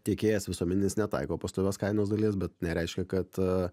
tiekėjas visuomeninis netaiko pastovios kainos dalies bet nereiškia kad